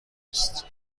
هست